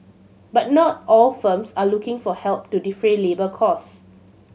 but not all firms are looking for help to defray labour costs